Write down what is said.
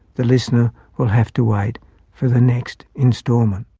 the listener will have to wait for the next instalment.